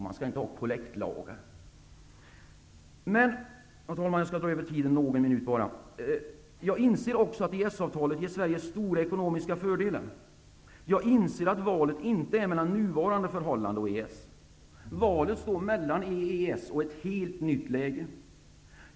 Man skall inte ha kollektlagar. Herr talman! Jag skall dra över tiden någon minut bara. Jag inser också att EES-avtalet ger Sverige stora ekonomiska fördelar. Jag inser att valet inte är mellan nuvarande förhållande och EES. Valet står mellan EES och ett helt nytt läge.